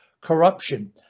corruption